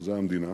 חוזה המדינה,